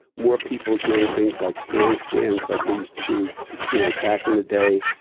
more people doing things like handstands like they used to do you know back in the day.